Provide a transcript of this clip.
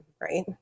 right